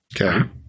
Okay